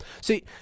See